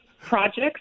projects